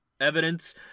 evidence